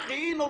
תבורך גיל.